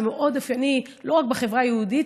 זה מאוד אופייני לא רק בחברה היהודית,